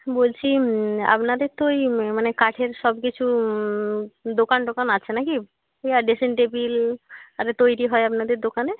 বলছি আপনাদের তো ওই মানে কাঠের সব কিছু দোকান টোকান আছে না কি ড্রেসিং টেবিল আরে তৈরি হয় আপনাদের দোকানে